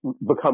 become